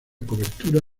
cobertura